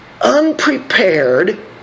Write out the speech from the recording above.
unprepared